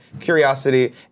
curiosity